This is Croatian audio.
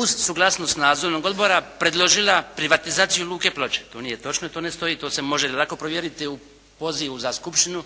uz suglasnost nadzornog odbora predložila privatizaciju Luke Ploče. To nije točno. To ne stoji. To se može lako provjeriti u pozivu za skupštinu